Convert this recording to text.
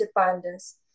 independence